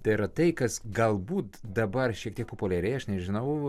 tai yra tai kas galbūt dabar šiek tiek populiarėja aš nežinau